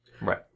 Right